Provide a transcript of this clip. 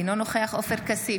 אינו נוכח עופר כסיף,